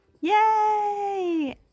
Yay